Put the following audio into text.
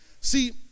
See